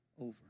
over